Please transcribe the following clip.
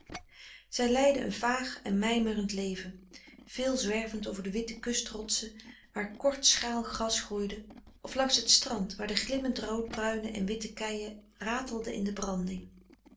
zij leidde een vaag en mijmerend leven veel zwervend over de witte kust rotsen waar kort schraal gras groeide of langs het strand waar de glimmend roodbruine en witte keien ratelden in de branding